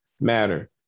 matter